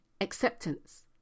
acceptance